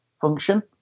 function